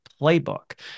Playbook